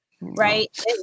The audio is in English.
right